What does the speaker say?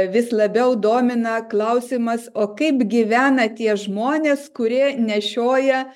vis labiau domina klausimas o kaip gyvena tie žmonės kurie nešioja